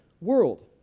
world